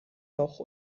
noch